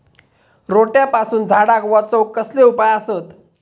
रोट्यापासून झाडाक वाचौक कसले उपाय आसत?